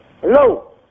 Hello